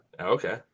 Okay